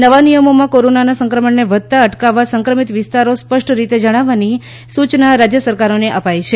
નવા નિયમોમાં કોરોનાના સંક્રમણને વધતા અટકાવવા સંક્રમિત વિસ્તારો સ્પષ્ટ રીતે જણાવવાની સૂચના રાજ્ય સરકારોને અપાઈ છે